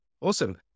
awesome